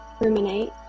Ruminate